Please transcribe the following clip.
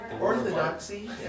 *Orthodoxy*